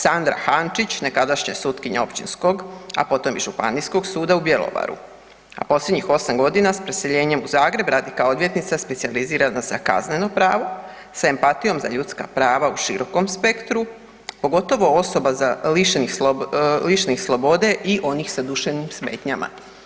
Sandra Hančić, nekadašnja sutkinja općinskoga, a potom i županijskog suda u Bjelovaru, a posljednjih 8 godina s preseljenjem u Zagreb radi kao odvjetnica specijalizirana za kazneno pravo sa empatijom za ljudska prava u širokom spektru pogotovo osoba lišenih slobode i onih sa duševnim smetnjama.